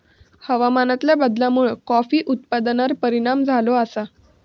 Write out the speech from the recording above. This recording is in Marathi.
हवामानातल्या बदलामुळे कॉफी उत्पादनार परिणाम झालो आसा